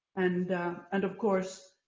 and and of course,